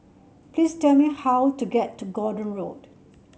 please tell me how to get to Gordon Road